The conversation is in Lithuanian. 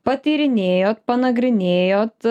patyrinėjot panagrinėjot